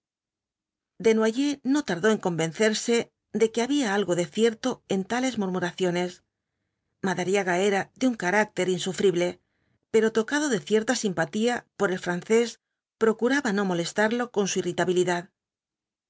desnoyers no tardó en convencerse de que había algo de cierto en tales murmuraciones madariaga era de un carácter insufrible pero tocado de cierta simpatía por el francés procuraba no molestarlo con su irritabilidad